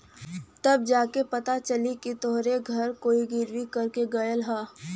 तब जा के पता चली कि तोहरे घर कोई गिर्वी कर के गयल हौ